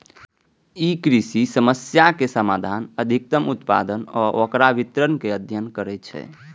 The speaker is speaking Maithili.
ई कृषि समस्याक समाधान, अधिकतम उत्पादन आ ओकर वितरण के अध्ययन करै छै